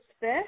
fish